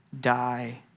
die